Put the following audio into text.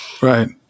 Right